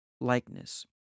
likeness